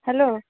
hello